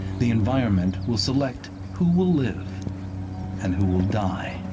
the environment will select who will live and who will die.